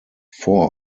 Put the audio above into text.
four